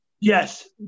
Yes